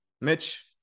Mitch